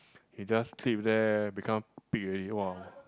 he just sleep there become pig already wow